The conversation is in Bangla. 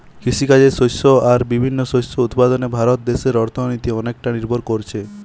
কৃষিকাজের শস্য আর বিভিন্ন শস্য উৎপাদনে ভারত দেশের অর্থনীতি অনেকটা নির্ভর কোরছে